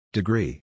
Degree